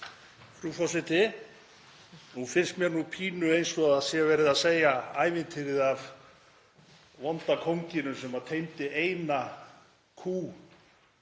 Frú forseti. Nú finnst mér pínu eins og það sé verið að segja ævintýrið af vonda kónginum sem teymdi einu kú